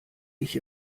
ich